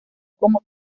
como